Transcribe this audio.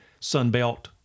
Sunbelt